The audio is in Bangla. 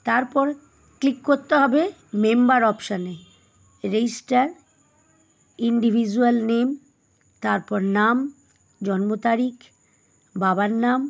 তারপর ক্লিক করতে হবে মেম্বার অপশানে রেজিস্টার ইন্ডিভিজুয়াল নেম তারপর নাম জন্ম তারিখ বাবার নাম